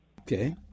Okay